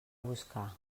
buscar